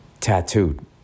tattooed